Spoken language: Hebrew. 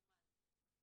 מיקומן,